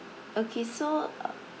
okay so